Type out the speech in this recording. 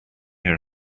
her